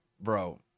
bro